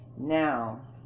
now